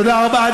תודה רבה,